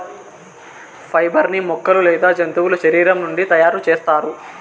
fibre ని మొక్కలు లేదా జంతువుల శరీరం నుండి తయారు చేస్తారు